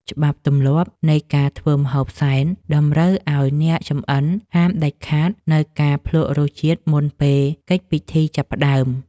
ច្បាប់ទម្លាប់នៃការធ្វើម្ហូបសែនតម្រូវឱ្យអ្នកចម្អិនហាមដាច់ខាតនូវការភ្លក្សរសជាតិមុនពេលកិច្ចពិធីចាប់ផ្តើម។